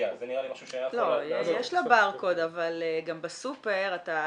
מאגר שאפשר לראות עם תעודת הזהות של אלי